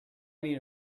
need